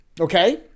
okay